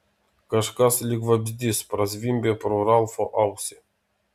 kažkas lyg vabzdys prazvimbė pro ralfo ausį